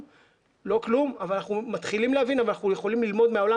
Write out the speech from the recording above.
אנחנו מתחילים להבין אבל אנחנו יכולים ללמוד מהעולם